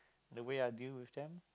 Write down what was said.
the way I deal with them